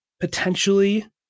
potentially